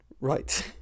Right